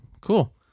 cool